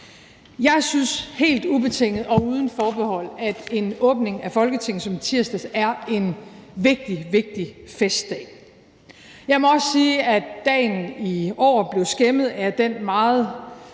Jeg synes helt ubetinget og uden forbehold, at en åbning af Folketinget som i tirsdags er en vigtig, vigtig festdag. Jeg må også sige, at dagen i år blev skæmmet af den meget